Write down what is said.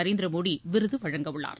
நரேந்திர மோடி விருது வழங்கவுள்ளார்